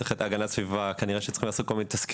צריך את הגנת הסביבה וכנראה שצריך לעשות תסקירים,